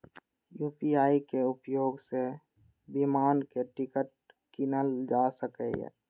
UPI के उपयोग सं विमानक टिकट कीनल जा सकैए